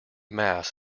mass